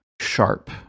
sharp